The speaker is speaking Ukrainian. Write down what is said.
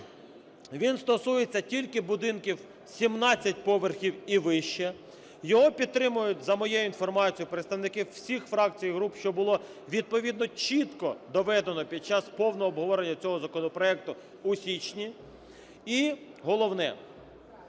Він стосується тільки будинків 17 поверхів і вище. Його підтримують, за моєю інформацією, представники всіх фракцій і груп, що було відповідно чітко доведено під час повного обговорення цього законопроекту у січні. І, головне,